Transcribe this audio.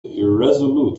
irresolute